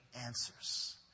answers